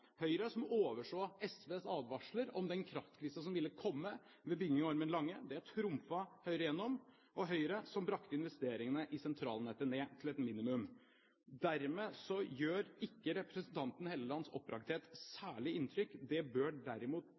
Høyre som overså SVs advarsler om den kraftkrisen som ville komme med byggingen av Ormen Lange – det trumfet Høyre igjennom – og Høyre som brakte investeringene i sentralnettet ned til et minimum. Dermed gjør ikke representanten Hofstad Hellelands oppbrakthet særlig inntrykk. Det bør derimot